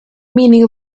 meaning